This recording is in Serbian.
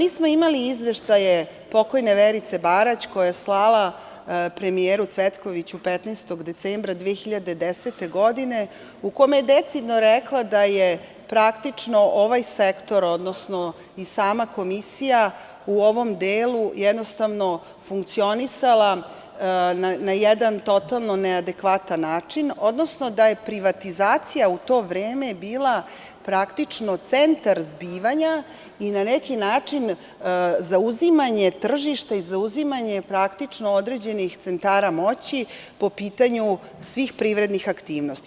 Imali smo izveštaje pokojne Verice Barać koja je slala premijeru Cvetkoviću 15. decembra 2010. godine, u kome je decidno rekla da je praktično ovaj sektor, odnosno sama komisija u ovom delu funkcionisala na jedan totalno neadekvatan način, odnosno da je privatizacija u to vreme bila praktično centar zbivanja i na neki način zauzimanje tržišta i zauzimanje određenih centara moći po pitanju svih privrednih aktivnosti.